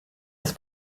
das